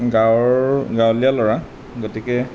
গাৱঁৰ গাঁৱলীয়া ল'ৰা গতিকে